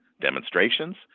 demonstrations